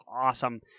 awesome